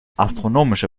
astronomische